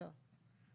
לא.